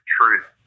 truth